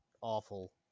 awful